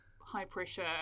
high-pressure